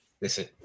Listen